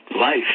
life